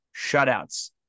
shutouts